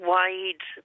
wide